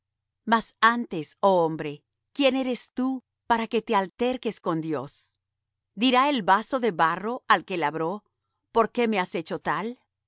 mas antes oh hombre quién eres tú para que alterques con dios dirá el vaso de barro al que le labró por qué me has hecho tal